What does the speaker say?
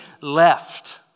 left